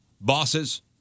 bosses